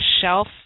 shelf